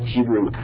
Hebrew